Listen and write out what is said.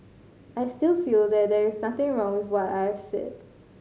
I still feel that there is nothing wrong with what I've said